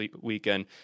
weekend